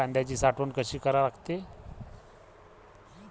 कांद्याची साठवन कसी करा लागते?